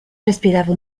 respirava